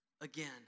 again